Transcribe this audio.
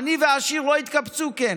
עני ועשיר לא יתקבצו, כן.